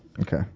Okay